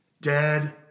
Dead